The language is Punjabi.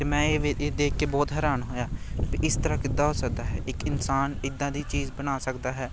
ਅਤੇ ਮੈਂ ਇਹ ਵੇ ਇਹ ਦੇਖ ਕੇ ਬਹੁਤ ਹੈਰਾਨ ਹੋਇਆ ਇਸ ਤਰ੍ਹਾਂ ਕਿੱਦਾਂ ਹੋ ਸਕਦਾ ਹੈ ਇੱਕ ਇਨਸਾਨ ਇੱਦਾਂ ਦੀ ਚੀਜ਼ ਬਣਾ ਸਕਦਾ ਹੈ